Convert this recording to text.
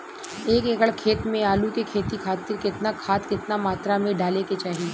एक एकड़ खेत मे आलू के खेती खातिर केतना खाद केतना मात्रा मे डाले के चाही?